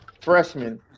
freshman